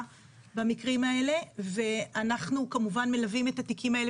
במקרים האלה ואנחנו כמובן מלווים את התיקים האלה